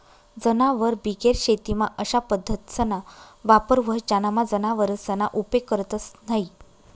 जनावरबिगेर शेतीमा अशा पद्धतीसना वापर व्हस ज्यानामा जनावरसना उपेग करतंस न्हयी